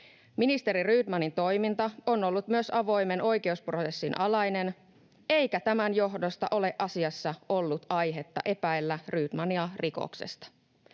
Ministeri Rydmanin toiminta on ollut myös avoimen oikeusprosessin alainen, eikä tämän johdosta ole asiassa ollut aihetta epäillä Rydmania rikoksesta.